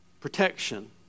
protection